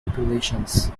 populations